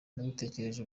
nabitekereje